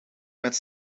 met